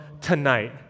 tonight